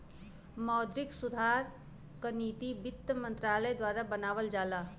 मौद्रिक सुधार क नीति वित्त मंत्रालय द्वारा बनावल जाला